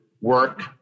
work